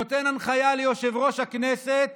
נותן הנחיה ליושב-ראש הכנסת